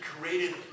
created